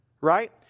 right